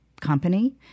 company